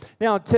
Now